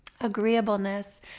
agreeableness